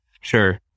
Sure